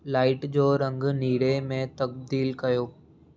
light जो रंगु नीरे में तब्दीलु कयो